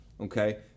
Okay